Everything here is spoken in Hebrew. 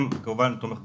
למה אתה לא פה?